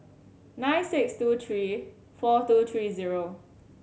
nine six two three four two three zero